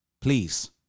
Please